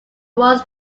was